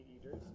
eaters